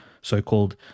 so-called